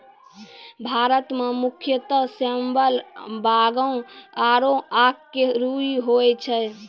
भारत मं मुख्यतः सेमल, बांगो आरो आक के रूई होय छै